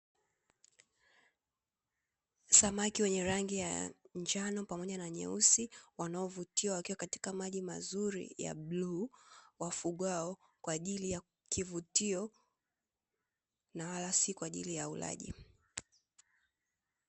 Samaki wenye rangi ya njano pamoja na nyeusi wanaovutia wakiwa katika maji mazuri ya bluu, wafugwao kwa ajili ya kivutio na wala si kwa ajii ya ulaji.